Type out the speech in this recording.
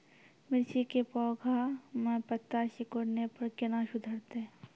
मिर्ची के पौघा मे पत्ता सिकुड़ने पर कैना सुधरतै?